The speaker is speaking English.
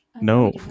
No